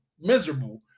miserable